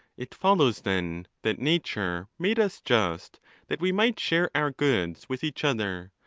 it follows, then, that nature made us just that we might share our goods with each other,